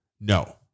No